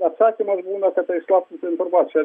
atsakymas būna kad tai įslaptinta informacija